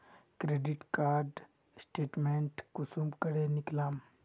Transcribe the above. Credit card statement कुंसम करे निकलाम?